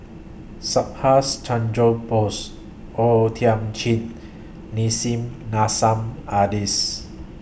Subhas Chandra Bose O Thiam Chin Nissim Nassim Adis